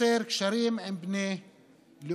10. קשרים עם בני לאומם,